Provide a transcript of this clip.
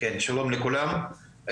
שלום לכולם.